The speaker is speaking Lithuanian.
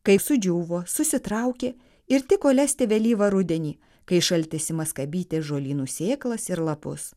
kaip sudžiūvo susitraukė ir tiko lesti vėlyvą rudenį kai šaltis ima skabyti žolynų sėklas ir lapus